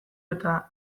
eta